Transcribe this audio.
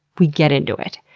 we get into it.